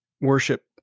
Worship